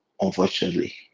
Unfortunately